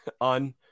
on